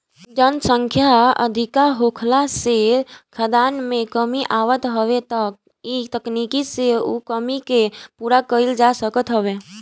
जनसंख्या अधिका होखला से खाद्यान में कमी आवत हवे त इ तकनीकी से उ कमी के पूरा कईल जा सकत हवे